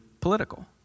political